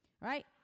Right